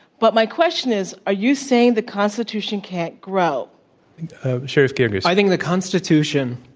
but my question is, are you saying the constitution can't grow sherif girgis. i think the constitution,